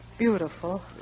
Beautiful